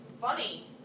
Funny